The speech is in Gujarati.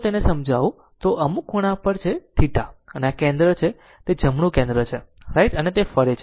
તો આ અમુક ખૂણા પર છે θ અને આ કેન્દ્ર છે આ તે જમણું કેન્દ્ર છે અને તે ફરે છે